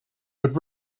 had